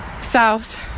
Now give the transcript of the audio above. south